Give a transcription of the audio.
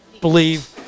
believe